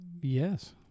Yes